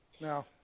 Now